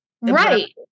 right